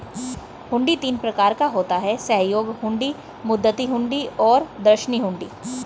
हुंडी तीन प्रकार का होता है सहयोग हुंडी, मुद्दती हुंडी और दर्शनी हुंडी